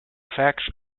facts